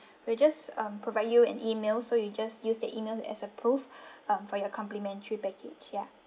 we'll just um provide you an email so you just use that email as a proof um for your complimentary package ya